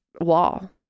wall